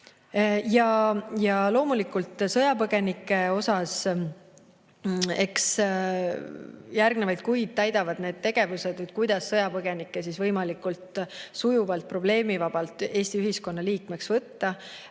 lihtsamaks. Sõjapõgenike puhul eks järgnevaid kuid täidavad need tegevused, kuidas sõjapõgenikke võimalikult sujuvalt ja probleemivabalt Eesti ühiskonna liikmeks võtta.